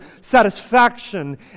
satisfaction